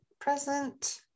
present